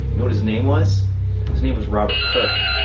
know what his name was? his name was robert kirk.